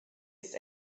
ist